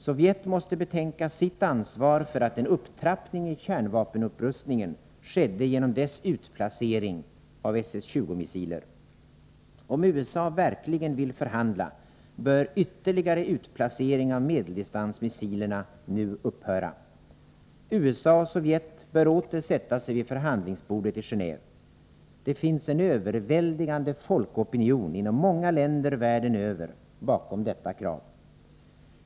Sovjet måste betänka sitt ansvar för att en upptrappning i kärnvapenupprustningen skedde genom dess utplacering av SS 20-missiler. Om USA verkligen vill förhandla, bör ytterligare utplaceringar av medeldistansmissiler nu upphöra. USA och Sovjetunionen bör åter sätta sig vid förhandlingsbordet i Geneve. Det finns en överväldigande folkopinion inom många länder världen över bakom detta krav.